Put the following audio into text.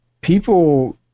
people